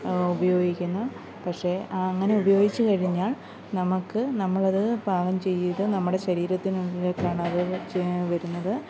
ഉപയോഗിക്കുന്നു പക്ഷേ അങ്ങനെ ഉപയോഗിച്ചു കഴിഞ്ഞാൽ നമുക്ക് നമ്മളത് പാകം ചെയ്ത് നമ്മടെ ശരീരത്തിനുള്ളിലേക്കാണ് അത് കഴിച്ചു കഴിഞ്ഞാൽ വരുന്നത്